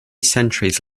centuries